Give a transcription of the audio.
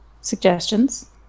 suggestions